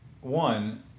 one